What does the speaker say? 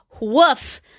woof